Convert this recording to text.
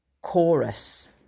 chorus